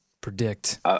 Predict